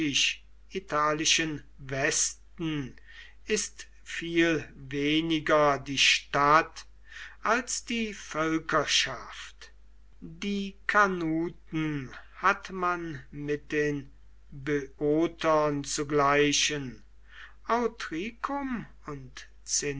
griechisch italischen westen ist viel weniger die stadt als die völkerschaft die carnuten hat man mit den böotern zu gleichen autricum und